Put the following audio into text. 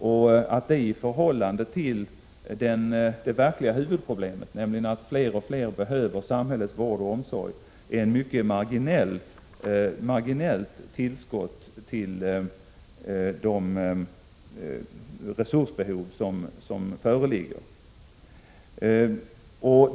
Detta sett i förhållande till det verkliga huvudproblemet, nämligen att fler och fler behöver samhällets vård och omsorg, gör att behovet av nya resurser av det skälet blir mycket marginellt.